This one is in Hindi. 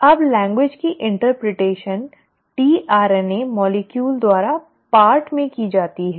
अब भाषा की इंटर्प्रेटेशन tRNA अणु द्वारा भाग में की जाती है